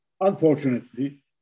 Unfortunately